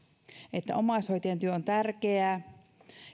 että omaishoitajan työ on tärkeää